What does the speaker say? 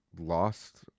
lost